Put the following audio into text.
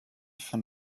von